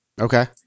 Okay